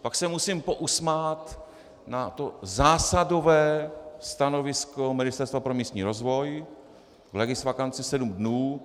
Pak se musím pousmát nad tím zásadovým stanoviskem Ministerstva pro místní rozvoj, legisvakance sedm dnů.